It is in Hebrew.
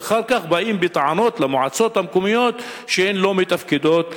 ואחר כך באים בטענות למועצות המקומיות שהן לא מתפקדות.